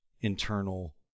internal